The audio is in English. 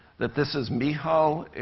that this is miho.